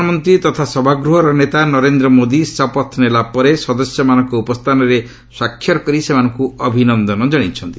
ପ୍ରଧାମନ୍ତ୍ରୀ ତଥା ସଭାଗୃହର ନେତା ନରେନ୍ଦ୍ର ମୋଦି ଶପଥ ନେଲାପରେ ସଦସ୍ୟମାନଙ୍କ ଉପସ୍ଥାନରେ ସ୍ୱାକ୍ଷର କରି ସେମାନଙ୍କ ଅଭିନନ୍ଦନ ଜଣାଇଛନ୍ତି